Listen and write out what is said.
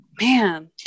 Man